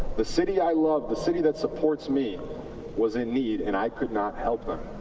the city i loved, the city that supports me was in need, and i could not help them.